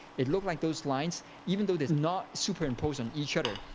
it looks like those lines, even though they're not superimposed on each other,